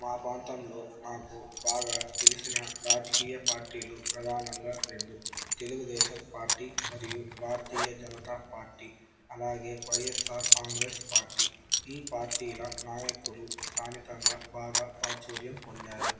మా ప్రాంతంలో నాకు బాగా తెలిసిన రాజకీయ పార్టీలు ప్రధానంగా రెండు తెలుగుదేశం పార్టీ మరియు భారతీయ జనత పార్టీ అలాగే వైఎస్ఆర్ కాంగ్రెస్ పార్టీ ఈ పార్టీల నాయకులు స్థానికంగా బాగా ప్రాచుర్యం పొందారు